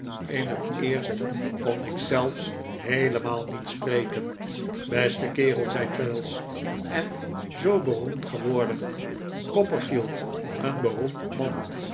in het eerst kon ik zelfs heelemaal niet spreken beste kerel zei traddles en zoo beroemd geworden copperfield een beroemd man